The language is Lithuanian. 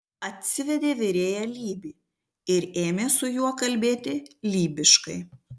atsivedė virėją lybį ir ėmė su juo kalbėti lybiškai